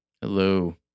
Hello